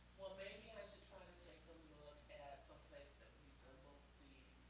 well, maybe i should try to take a look at someplace so mostly